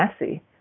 messy